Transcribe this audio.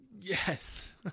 Yes